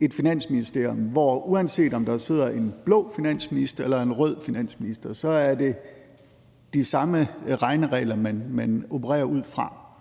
et Finansministerium, hvor det, uanset om der sidder en blå finansminister eller en rød finansminister, så er de samme regneregler, man opererer ud fra.